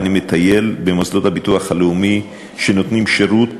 אני מטייל במוסדות הביטוח הלאומי שנותנים שירות